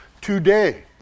Today